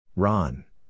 Ron